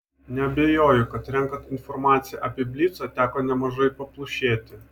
neabejoju kad renkant informaciją apie blicą teko nemažai paplušėti